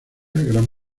gran